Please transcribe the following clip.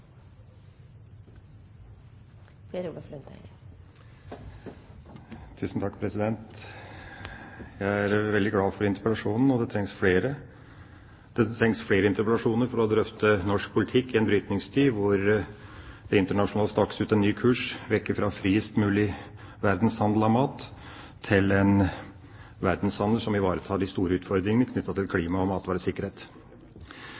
trengs flere interpellasjoner for å drøfte norsk politikk i en brytningstid hvor det internasjonalt stakes ut en ny kurs, vekk fra en friest mulig frihandel av mat til en verdenshandel som ivaretar de store utfordringene knyttet til